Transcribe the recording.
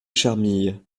charmilles